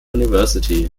university